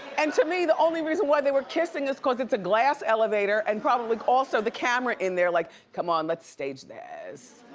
and to me, the only reason why they were kissing is cause it's a glass elevator and probably also the camera in there, like come on, let's stage this.